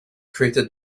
crater